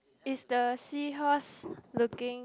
is the seahorse looking